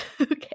okay